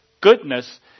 goodness